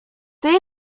deane